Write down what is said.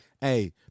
Hey